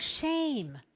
shame